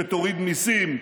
שתוריד מיסים,